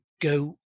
go